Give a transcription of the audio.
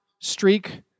streak